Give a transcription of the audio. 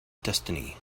destiny